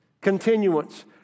Continuance